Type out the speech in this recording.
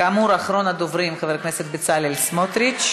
כאמור, אחרון הדוברים, חבר הכנסת בצלאל סמוטריץ.